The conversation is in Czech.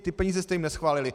Ty peníze jste jim neschválili!